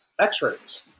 X-rays